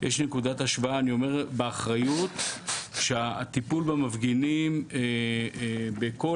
אני אומר באחריות שהטיפול במפגינים בכל